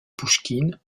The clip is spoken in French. pouchkine